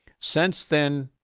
since then,